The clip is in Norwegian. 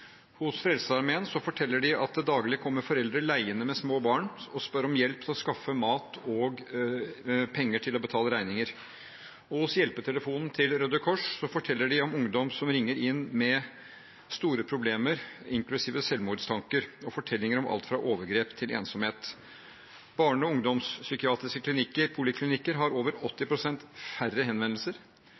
Hos Frelsesarmeen forteller de at det daglig kommer foreldre leiende med små barn og spør om hjelp til å skaffe mat og penger til å betale regninger. Hos hjelpetelefonen til Røde Kors forteller de om ungdom som ringer inn, med store problemer, inklusiv selvmordstanker, og fortellinger om alt fra overgrep til ensomhet. Barne- og ungdomspsykiatriske poliklinikker har over 80 pst. færre henvendelser,